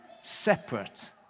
separate